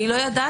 אני לא ידעתי,